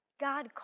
God